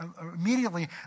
Immediately